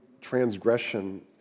transgression